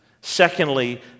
Secondly